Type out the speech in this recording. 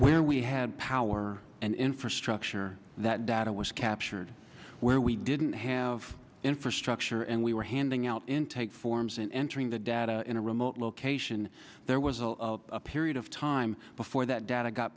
where we had power and infrastructure that data was captured where we didn't have infrastructure and we were handing out intake forms and entering the data in a remote location there was a period of time before that data got